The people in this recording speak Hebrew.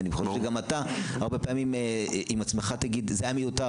ואני חושב שגם אתה הרבה פעמים עם עצמך תגיד שזה היה מיותר,